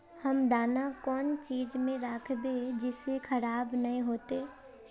हम दाना कौन चीज में राखबे जिससे खराब नय होते?